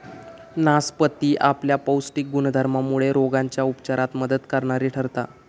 नासपती आपल्या पौष्टिक गुणधर्मामुळे रोगांच्या उपचारात मदत करणारी ठरता